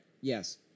yes